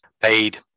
paid